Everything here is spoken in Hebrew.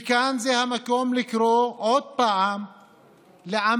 וכאן זה המקום לקרוא עוד פעם לעמנו,